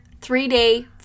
three-day